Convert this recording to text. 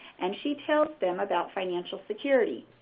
and she tells them about financial security.